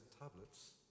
tablets